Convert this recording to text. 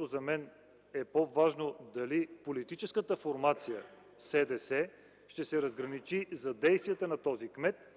За мен е по-важно дали политическата формация СДС ще се разграничи за действията на този кмет,